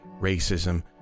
racism